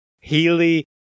Healy